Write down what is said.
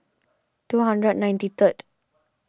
two hundred and ninety third